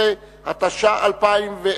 11), התש"ע 2010,